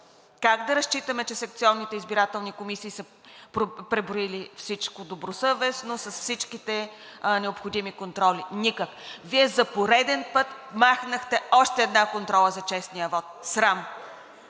Как да разчитаме, че секционните избирателни комисии са преброили всичко добросъвестно с всичките необходими контроли? Никак. Вие за пореден път махнахте още една контрола за честния вот. Срам.